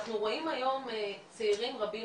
אנחנו רואים היום צעירים רבים,